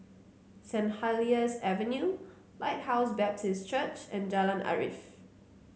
Saint Helier's Avenue Lighthouse Baptist Church and Jalan Arif